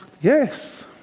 yes